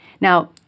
Now